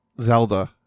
Zelda